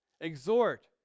Exhort